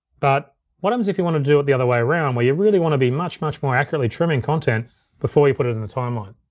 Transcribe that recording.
but what um happens if you wanna do it the other way around, where you really wanna be much, much more accurately trimming content before you put it in the timeline?